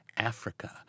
Africa